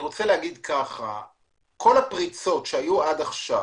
כל הפריצות שהיו עד עכשיו